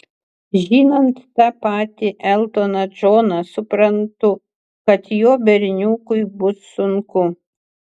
žinant tą patį eltoną džoną suprantu kad jo berniukui bus sunku